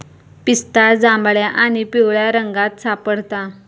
पिस्ता जांभळ्या आणि पिवळ्या रंगात सापडता